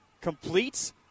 Completes